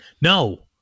No